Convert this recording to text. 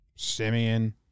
Simeon